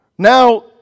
Now